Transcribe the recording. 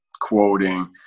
quoting